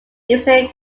eastern